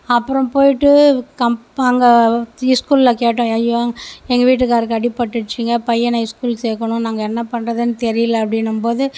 அப்புறம் போயிவிட்டு கம் அங்கே ஸ்கூலில் கேட்டோம் எங்கள் வீட்டுக்காருக்கு அடிபட்டுச்சுங்க பையனை ஸ்கூல் சேர்க்கணும் நாங்கள் என்ன பண்ணுறதுன்னு தெரியல அப்படின்னும்போது